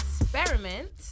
Experiment